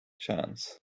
chance